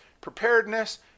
preparedness